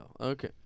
Okay